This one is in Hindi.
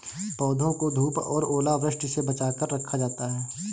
पौधों को धूप और ओलावृष्टि से बचा कर रखा जाता है